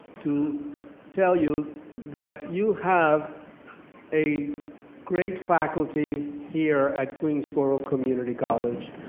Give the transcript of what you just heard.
to tell you that you have a great faculty here at queensborough community college,